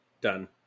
Done